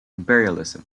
imperialism